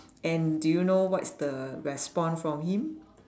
and do you know what is the response from him